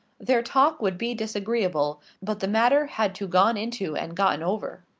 their talk would be disagreeable, but the matter had to gone into and gotten over.